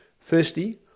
Firstly